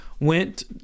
went